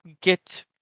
get